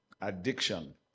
Addiction